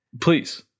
Please